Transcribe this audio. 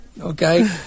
Okay